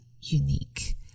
unique